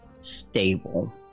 stable